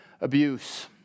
abuse